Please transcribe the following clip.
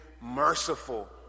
merciful